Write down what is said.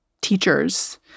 teachers